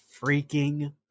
freaking